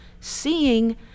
seeing